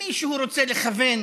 מישהו רוצה לכוון